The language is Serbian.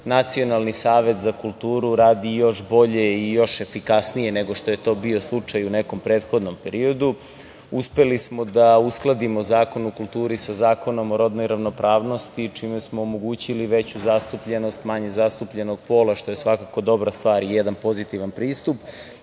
Nacionalni savet za kulturu radi još bolje i još efikasnije nego što je to bio slučaj u nekom prethodnom periodu. Uspeli smo da uskladimo Zakon o kulturi sa Zakonom o rodnoj ravnopravnosti, čime smo omogućili veću zastupljenost manje zastupljenog pola, što je svakako dobra stvar i jedan pozitivan pristup.